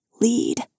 Lead